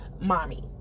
mommy